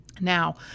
Now